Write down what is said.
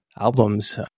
albums